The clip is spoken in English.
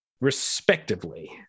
respectively